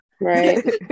right